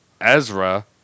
Ezra